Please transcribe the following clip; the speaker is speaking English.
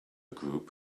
group